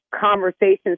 conversations